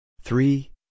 three